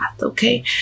okay